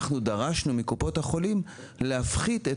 אנחנו דרשנו מקופות החולים להפחית את